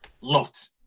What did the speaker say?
Lot